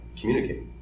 communicate